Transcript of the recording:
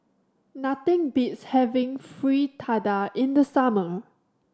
nothing beats having Fritada in the summer